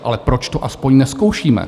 Ale proč to aspoň nezkoušíme?